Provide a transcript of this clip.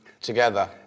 together